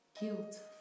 Guilt